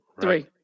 three